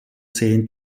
zehn